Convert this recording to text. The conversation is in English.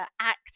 act